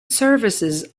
services